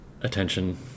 attention